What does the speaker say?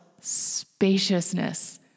spaciousness